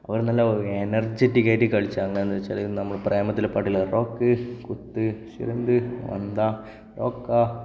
അവർ നല്ല എനർജറ്റിക്കായിട്ട് കളിച്ച് എന്താണെന്നു വച്ചാൽ നമ്മൾ പ്രേമത്തിലെ പാട്ടില്ലേ റോക്ക് കൂത്ത് സേന്ത് വന്ത റോക്ക